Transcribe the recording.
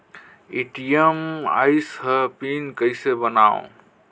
ATM आइस ह pin कइसे बनाओ?